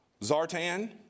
Zartan